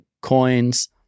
coins